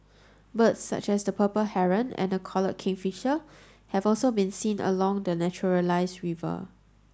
birds such as the purple Heron and the collared kingfisher have also been seen along the naturalised river